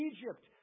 Egypt